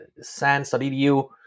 sans.edu